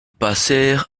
passèrent